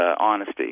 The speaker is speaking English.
honesty